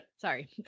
Sorry